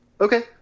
okay